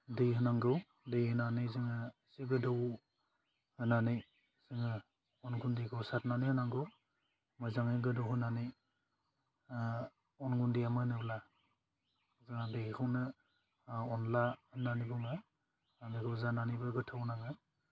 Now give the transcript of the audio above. दै होनांगौ दै होनानै जोङो एसे गोदौ होनानै ओह अन गुन्दैखौ सारनानै होनांगौ मोजाङै गोदौहोनानै आह अन गुन्दैया मोनोब्ला जोहा बेखौनो ओह अनला होन्नानै बुङो आं बेखौ जानानैबो गोथाव नाङो